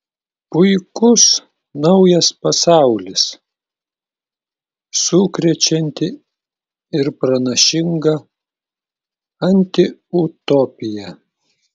puikus naujas pasaulis sukrečianti ir pranašinga antiutopija